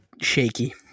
shaky